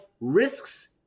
risks